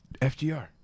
FGR